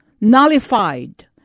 nullified